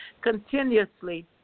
continuously